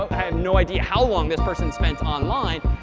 i have no idea how long this person spent online.